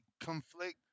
conflict